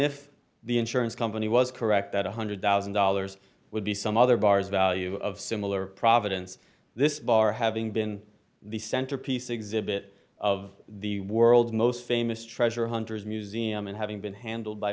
if the insurance company was correct that one hundred thousand dollars would be some other bars value of similar providence this bar having been the centerpiece exhibit of the world's most famous treasure hunters museum and having been handled by